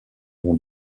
nom